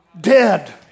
dead